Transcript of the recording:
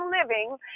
living